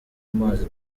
mazi